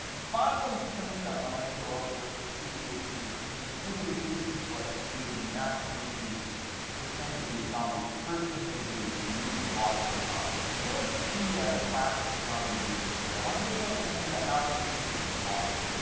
ah final symptom i'm going to go over for cdhd is movement. and this is what really when you ask somebody to pretend to be a zombie, the first thing they do is move and walk like a zombie. so let's see ah a classic zombie movement here. i want you to to pay attention to how these creatures are walking.